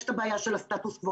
יש את הבעיה של הסטטוס קוו.